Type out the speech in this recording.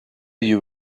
you